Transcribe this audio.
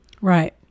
Right